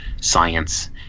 science